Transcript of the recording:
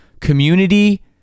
community